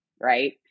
right